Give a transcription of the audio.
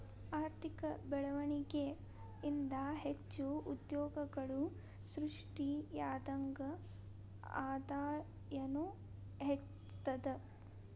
ಆರ್ಥಿಕ ಬೆಳ್ವಣಿಗೆ ಇಂದಾ ಹೆಚ್ಚು ಉದ್ಯೋಗಗಳು ಸೃಷ್ಟಿಯಾದಂಗ್ ಆದಾಯನೂ ಹೆಚ್ತದ